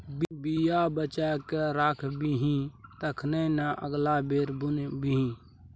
बीया बचा कए राखबिही तखने न अगिला बेर बुनबिही